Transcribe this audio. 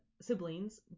siblings